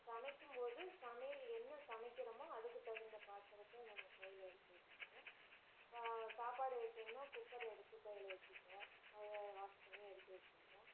சமைக்கும் போது சமையல் என்ன சமைக்கிறமோ அதுக்கு தகுந்த பாத்திரத்தை நம்ம கையில் எடுத்து வச்சிக்குவேன் சாப்பாடு வைக்கிணுனா குக்கர் எடுத்து கையில் வச்சிக்குவோம் அதை வாஷ் பண்ணி எடுத்து வச்சிக்கிவோம்